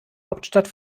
hauptstadt